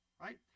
right